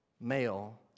male